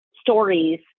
stories